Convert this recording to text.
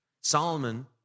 Solomon